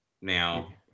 now